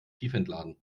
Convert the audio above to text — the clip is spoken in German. tiefentladen